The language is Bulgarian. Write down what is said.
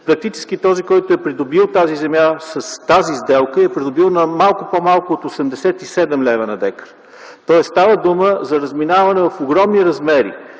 практически този, който е придобил тази земя с тази сделка я е придобил на малко по-малко от 87 лв. на декар. Тоест, става въпрос за разминаване в огромни размери.